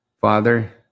Father